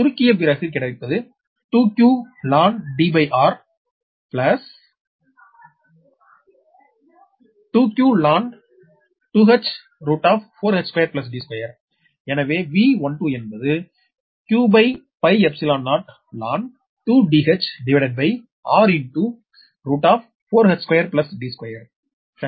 சுருக்கிய பிறகு கிடைப்பது 2qln dr2qln 2h4h2 D2 எனவே V12 என்பது q0ln 2Dhr4h2 D2சரி